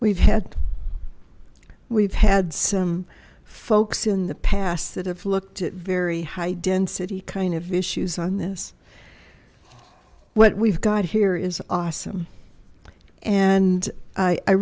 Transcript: we've had we've had some folks in the past that have looked at very high density kind of issues on this what we've got here is awesome and i